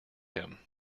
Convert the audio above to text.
him